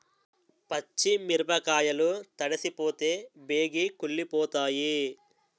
పచ్చి మిరపకాయలు తడిసిపోతే బేగి కుళ్ళిపోతాయి